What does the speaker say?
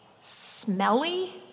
smelly